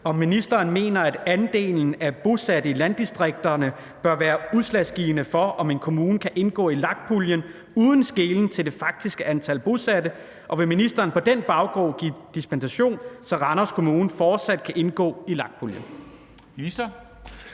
ministeren mener, at andelen af bosatte i landdistrikterne bør være udslagsgivende for, om en kommune kan indgå i LAG-puljen uden skelen til det faktiske antal bosatte, og vil ministeren på den baggrund give dispensation, så Randers Kommune fortsat indgår i LAG-puljen?